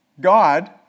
God